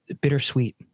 bittersweet